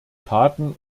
taten